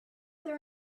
there